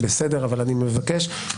אבל אני מבקש,